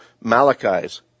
Malachi's